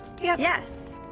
Yes